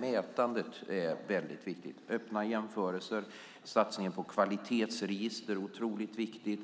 Mätandet är väldigt viktigt. Öppna jämförelser och satsningen på kvalitetsregister är otroligt viktigt.